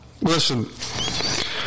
listen